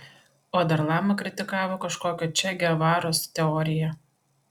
o dar lama kritikavo kažkokio če gevaros teoriją